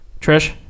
Trish